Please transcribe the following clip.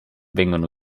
vengono